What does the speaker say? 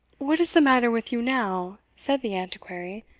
what is the matter with you now? said the antiquary,